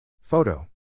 Photo